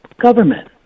government